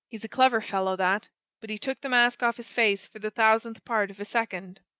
he's a clever fellow, that but he took the mask off his face for the thousandth part of a second.